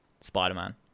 spider-man